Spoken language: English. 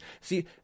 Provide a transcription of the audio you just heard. See